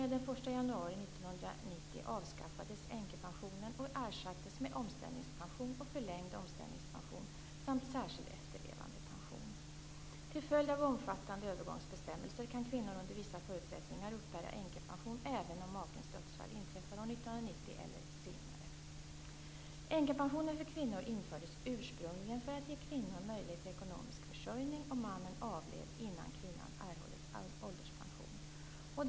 Den 1 januari 1990 avskaffades änkepensionen och ersattes med omställningspension och förlängd omställningspension samt särskild efterlevandepension. Till följd av omfattande övergångsbestämmelser kan kvinnor under vissa förutsättningar uppbära änkepension även om makens dödsfall inträffat år 1990 eller senare. Änkepension för kvinnor infördes ursprungligen för att ge kvinnor möjlighet till ekonomisk försörjning om mannen avled innan kvinnan erhållit ålderspension.